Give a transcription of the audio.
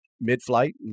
mid-flight